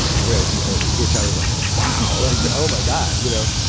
which which i was like, wow. like, oh, my god, you know.